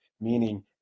meaning